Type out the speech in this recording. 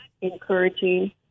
encouraging